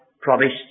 promised